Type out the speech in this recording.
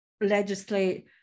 legislate